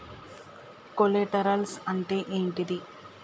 Collaterals అంటే ఏంటిది?